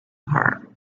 her